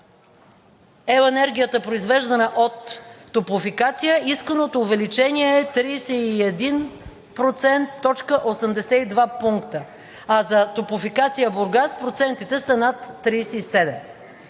електроенергията, произвеждана от „Топлофикация“, исканото увеличение е 31%.82 пункта. А за „Топлофикация – Бургас“ процентите са над 37.